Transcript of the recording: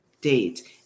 date